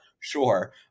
sure